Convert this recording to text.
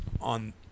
on